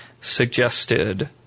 suggested